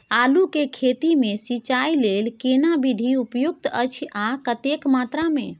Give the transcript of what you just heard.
आलू के खेती मे सिंचाई लेल केना विधी उपयुक्त अछि आ कतेक मात्रा मे?